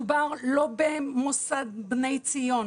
מדובר לא במוסד "בני ציון",